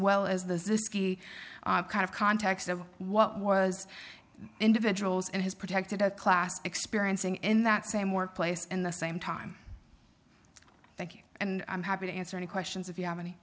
well as the ski kind of context of what was individuals and has protected a class experiencing in that same workplace in the same time thank you and i'm happy to answer any questions if you have any